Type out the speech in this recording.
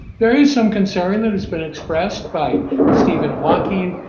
there is some concern that has been expressed by stephen hawking.